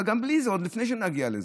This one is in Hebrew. אבל גם בלי זה, עוד לפני שנגיע לזה,